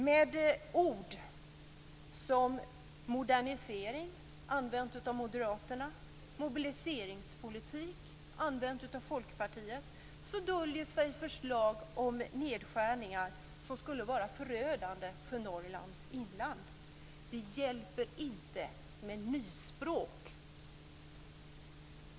Med ord som modernisering, använt av Moderaterna, och mobiliseringspolitik, använt av Folkpartiet, döljer sig förslag om nedskärningar som skulle vara förödande för Norrlands inland. Det hjälper inte med nyspråk.